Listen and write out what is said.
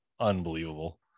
unbelievable